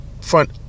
front